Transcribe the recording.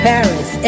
Paris